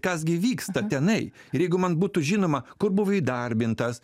kas gi vyksta tenai ir jeigu man būtų žinoma kur buvo įdarbintas